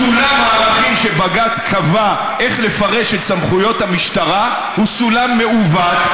סולם הערכים שבג"ץ קבע איך לפרש את סמכויות המשטרה הוא סולם מעוות,